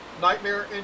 Nightmare